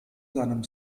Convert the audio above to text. seinem